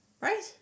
Right